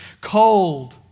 cold